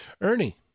ernie